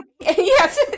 Yes